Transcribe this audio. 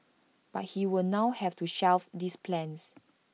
but he will now have to shelve those plans